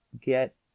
get